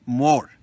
more